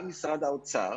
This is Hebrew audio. על משרד האוצר,